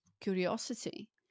curiosity